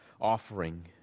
offering